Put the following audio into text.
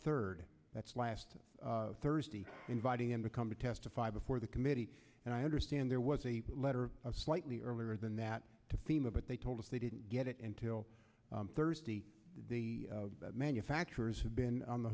third that's last thursday inviting him to come to testify before the committee and i understand there was a letter slightly earlier than that to fema but they told us they didn't get it until thursday the manufacturers have been on the